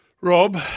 Rob